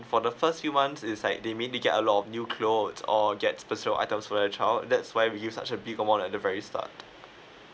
for the first few months is like they mainly get a lot of new clothes or get precious items for your child that's why we use such a big amount at the very start